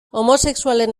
homosexualen